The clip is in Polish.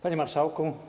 Panie Marszałku!